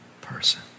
person